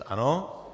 Ano?